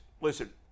listen